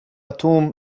توم